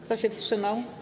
Kto się wstrzymał?